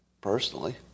personally